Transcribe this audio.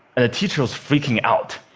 ah teacher was freaking out.